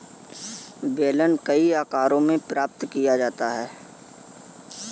बेलन कई आकारों में प्राप्त किया जाता है